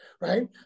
right